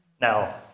Now